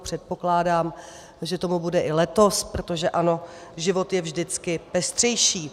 Předpokládám, že tomu bude i letos, protože ano, život je vždycky pestřejší.